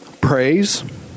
Praise